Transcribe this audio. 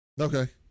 Okay